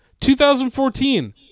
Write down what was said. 2014